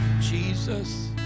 Jesus